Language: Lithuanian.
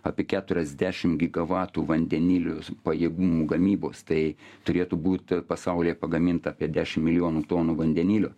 apie keturiasdešim gigavatų vandenilio pajėgumų gamybos tai turėtų būt pasaulyje pagaminta apie dešimt milijonų tonų vandenilio